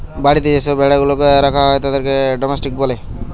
বাড়িতে যে সব ভেড়া গুলাকে রাখা হয় তাদের ডোমেস্টিক বলে